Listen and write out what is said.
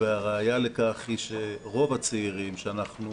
והראיה לכך היא שרוב הצעירים שאנחנו